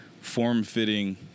form-fitting